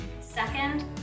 second